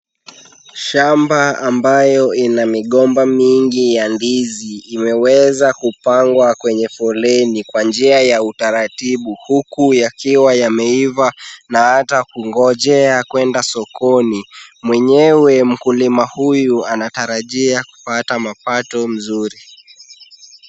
Shamba ambayo ina migomba mingi ya ndizi, imeweza kupangwa kwenye foleni kwa njia ya utaratibu, huku yakiwa yameiva na hata kungojea kwenda sokoni. Mwenyewe mkulima huyu anatarajia kupata mapato mzuri.